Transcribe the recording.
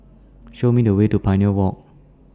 Show Me The Way to Pioneer Walk